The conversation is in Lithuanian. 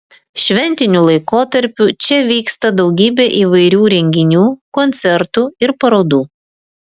šventiniu laikotarpiu čia vyksta daugybė įvairių renginių koncertų ir parodų